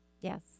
Yes